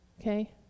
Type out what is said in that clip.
Okay